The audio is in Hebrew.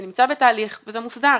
זה נמצא בתהליך וזה מוסדר.